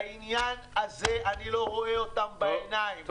בעניין הזה אני לא רואה אותם בעיניים.